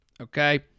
okay